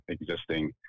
existing